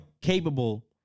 capable